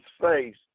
face